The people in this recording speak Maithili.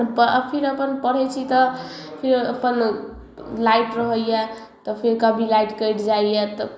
हम फिर अपन पढ़ै छी तऽ फेर अपन लाइट रहैया तऽ फिर कभी लाइट कटि जाइया तऽ